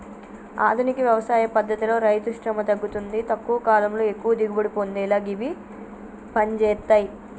ఆధునిక వ్యవసాయ పద్దతితో రైతుశ్రమ తగ్గుతుంది తక్కువ కాలంలో ఎక్కువ దిగుబడి పొందేలా గివి పంజేత్తయ్